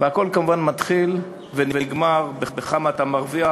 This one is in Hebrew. והכול כמובן מתחיל ונגמר בכמה אתה מרוויח